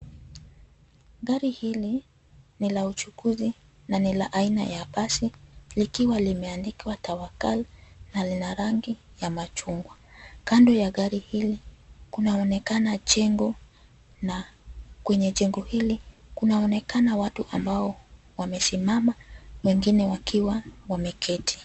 Gari hili ni la uchukuzi na ni la aina ya basi likiwa limeandikwa (cs)tawakal(cs) na lina rangi ya machungwa. Kando ya gari hili kunaonekana jengo na kwenye jengo hili kunaonekana watu ambao wamesimama wengine wakiwa wameketi.